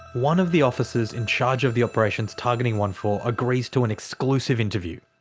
one of the officers in charge of the operations targeting onefour agrees to an exclusive interview.